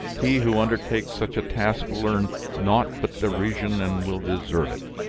he who undertakes such a task will earn naught but derision and will deserve it!